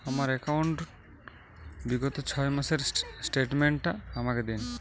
আমার অ্যাকাউন্ট র বিগত ছয় মাসের স্টেটমেন্ট টা আমাকে দিন?